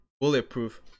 bulletproof